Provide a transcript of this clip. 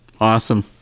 Awesome